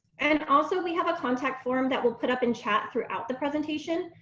and also we have a contact form that we'll put up in chat throughout the presentation.